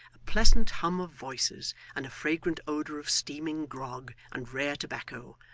a pleasant hum of voices, and a fragrant odour of steaming grog and rare tobacco,